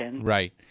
Right